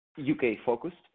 UK-focused